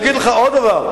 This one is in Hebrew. אני אגיד לך עוד דבר: